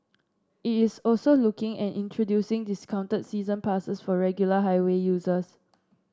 it is also looking at introducing discounted season passes for regular highway users